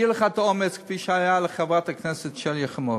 יהיה לך האומץ כפי שהיה לחברת הכנסת שלי יחימוביץ.